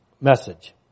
message